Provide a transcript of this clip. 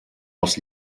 els